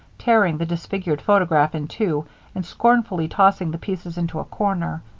tearing the disfigured photograph in two and scornfully tossing the pieces into a corner.